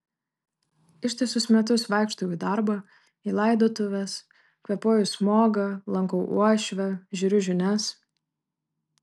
ištisus metus vaikštau į darbą į laidotuves kvėpuoju smogą lankau uošvę žiūriu žinias